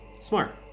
Smart